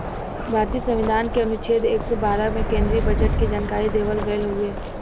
भारतीय संविधान के अनुच्छेद एक सौ बारह में केन्द्रीय बजट के जानकारी देवल गयल हउवे